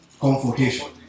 comfortation